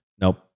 Nope